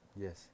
Yes